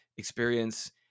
experience